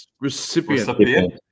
Recipient